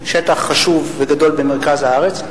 שטח חשוב וגדול במרכז הארץ,